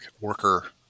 worker